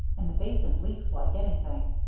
and the basin leaks like anything.